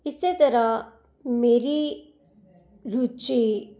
ਇਸ ਤਰ੍ਹਾਂ ਮੇਰੀ ਰੁਚੀ